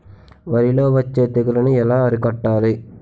వరిలో వచ్చే తెగులని ఏలా అరికట్టాలి?